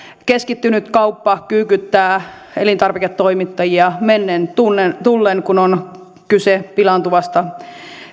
keskittynyt kauppa kyykyttää elintarviketoimittajia mennen tullen tullen kun on kyse pilaantuvista